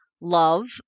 love